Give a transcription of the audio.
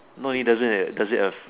not even does it eh does it af~